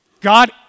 God